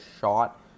shot